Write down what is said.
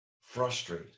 frustrate